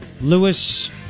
Lewis